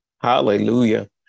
Hallelujah